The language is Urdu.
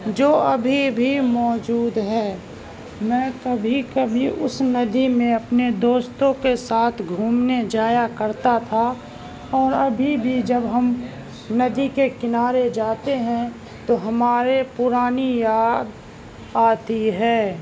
جو ابھی بھی موجود ہے میں کبھی کبھی اس ندی میں اپنے دوستوں کے ساتھ گھومنے جایا کرتا تھا اور ابھی بھی جب ہم ندی کے کنارے جاتے ہیں تو ہمارے پرانی یاد آتی ہے